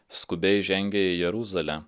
skubiai žengia į jeruzalę